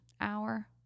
hour